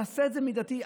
תעשה את זה מידתי,